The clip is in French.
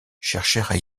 cherchèrent